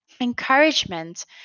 encouragement